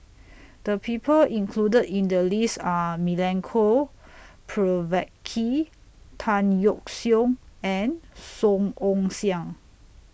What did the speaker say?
The People included in The list Are Milenko Prvacki Tan Yeok Seong and Song Ong Siang